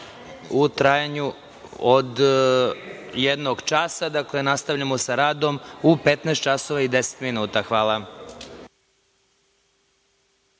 u trajanju od jednog časa. Dakle, nastavljamo sa radom u 15.10 časova.